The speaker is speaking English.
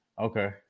Okay